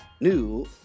new